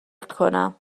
کنم